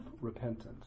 repentance